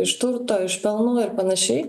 iš turto iš pelno ir panašiai